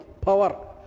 power